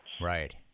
right